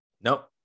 Nope